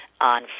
On